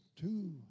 two